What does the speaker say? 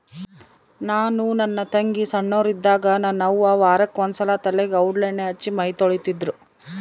ನಾನು ನನ್ನ ತಂಗಿ ಸೊಣ್ಣೋರಿದ್ದಾಗ ನನ್ನ ಅವ್ವ ವಾರಕ್ಕೆ ಒಂದ್ಸಲ ತಲೆಗೆ ಔಡ್ಲಣ್ಣೆ ಹಚ್ಚಿ ಮೈತೊಳಿತಿದ್ರು